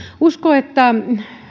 uskon että